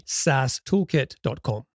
sastoolkit.com